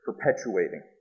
perpetuating